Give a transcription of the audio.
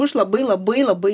už labai labai labai